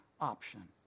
option